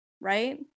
right